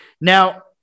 Now